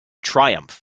triumph